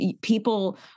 people